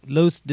Los